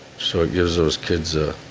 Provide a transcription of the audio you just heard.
so it gives those kids a